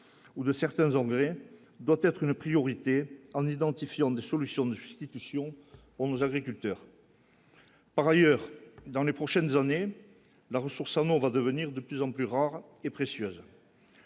ou de certains Anglais doit être une priorité en identifiant dissolution du restitution pour nous agriculteurs. Par ailleurs, dans les prochaines années, la ressource va devenir de plus en plus rare et précieuse.